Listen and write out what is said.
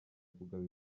kugaba